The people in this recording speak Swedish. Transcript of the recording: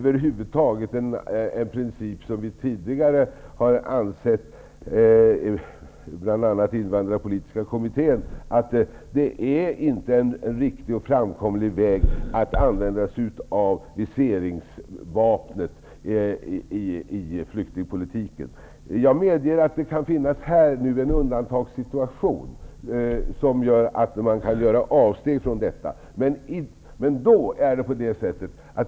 Vi har tidigare, bl.a. i Invandrarpolitiska kommittén, ansett att det inte är en riktig och framkomlig väg att använda sig av viseringsvapnet i flyktingpolitiken. Jag medger att det nu kan finnas en undantagssituation, där man skulle kunna göra avsteg från denna princip.